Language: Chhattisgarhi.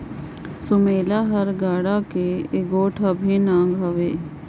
सुमेला हर गाड़ा कर एगोट अभिन अग हवे